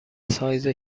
سایز